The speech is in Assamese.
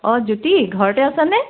অঁ জ্যোতি ঘৰতে আছা নে